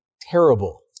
terrible